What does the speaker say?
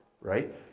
right